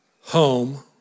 home